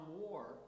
War